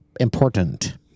Important